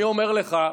ואני אומר לך,